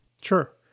Sure